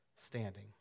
standing